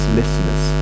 listeners